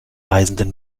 reisenden